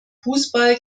fußball